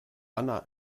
anna